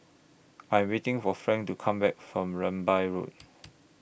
I'm waiting For Frank to Come Back from Rambai Road